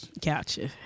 gotcha